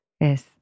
yes